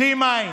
בלי מים,